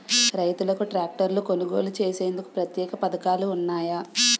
రైతులకు ట్రాక్టర్లు కొనుగోలు చేసేందుకు ప్రత్యేక పథకాలు ఉన్నాయా?